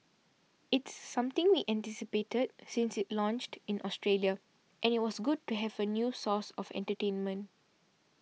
it's something we anticipated since it launched in Australia and it was good to have a new source of entertainment